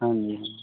ਹਾਂਜੀ ਹਾਂ